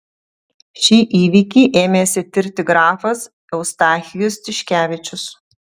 šį įvykį ėmėsi tirti grafas eustachijus tiškevičius